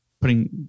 putting